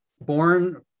born